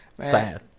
Sad